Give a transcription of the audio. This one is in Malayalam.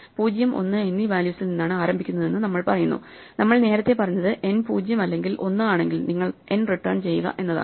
0 1 എന്നീ വാല്യൂസിൽ നിന്നാണ് ആരംഭിക്കുന്നതെന്ന് നമ്മൾ പറയുന്നു നമ്മൾ നേരത്തെ പറഞ്ഞത് n 0 അല്ലെങ്കിൽ 1 ആണെങ്കിൽ നിങ്ങൾ nറിട്ടേൺ ചെയ്യുക എന്നതാണ്